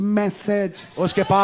message